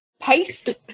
paste